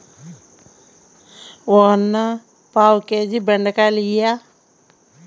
ఓ అన్నా, పావు కేజీ బెండకాయలియ్యి